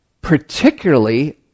particularly